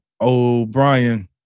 O'Brien